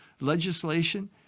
legislation